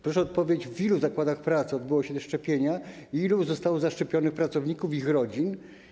Proszę o odpowiedź, w ilu zakładach pracy odbyły się te szczepienia i ilu zostało zaszczepionych pracowników i ile osób z ich rodzin.